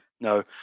No